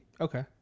Okay